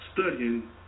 Studying